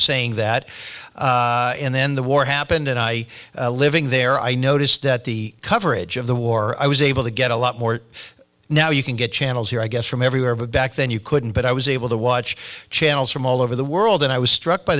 saying that and then the war happened and i living there i noticed that the coverage of the war i was able to get a lot more now you can get channels here i guess from everywhere but back then you couldn't but i was able to watch channels from all over the world and i was struck by